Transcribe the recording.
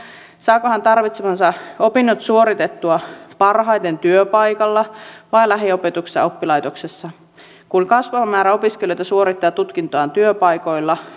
saako hän tarvitsemansa opinnot suoritettua parhaiten työpaikalla vai lähiopetuksessa oppilaitoksessa kun kasvava määrä opiskelijoita suorittaa tutkintoaan työpaikoilla